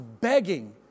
begging